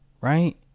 Right